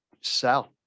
sell